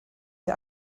der